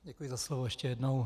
Děkuji za slovo ještě jednou.